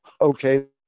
Okay